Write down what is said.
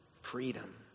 freedom